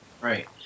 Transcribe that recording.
Right